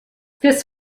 this